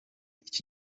iki